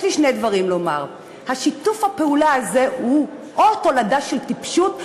יש לי שני דברים לומר: שיתוף הפעולה הזה הוא תולדה של טיפשות,